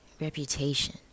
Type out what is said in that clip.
reputation